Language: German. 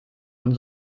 und